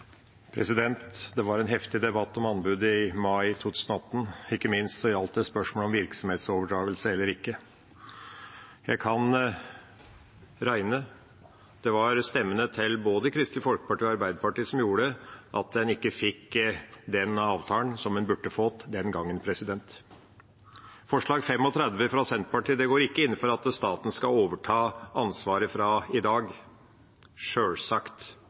mai 2018. Den gjaldt ikke minst spørsmålet om virksomhetsoverdragelse eller ikke. Jeg kan regne. Det var stemmene til både Kristelig Folkeparti og Arbeiderpartiet som gjorde at en ikke fikk den avtalen som en burde fått den gangen. Forslag nr. 35 fra Senterpartiet går ikke inn for at staten skal overta ansvaret fra i dag. Sjølsagt